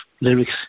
lyrics